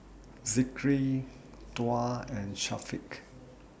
Zikri Tuah and Syafiq